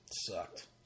sucked